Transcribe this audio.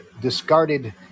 discarded